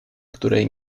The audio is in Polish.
której